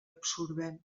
absorbent